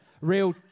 Real